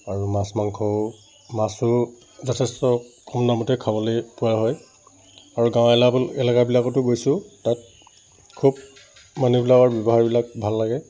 আৰু মাছ মাংসও মাছো যথেষ্ট কম দামতে খাবলৈ পোৱা হয় আৰু গাঁও এলেকাবিলাকতো গৈছোঁ তাত খুব মানুহবিলাকৰ ব্যৱহাৰবিলাক ভাল লাগে